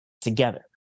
together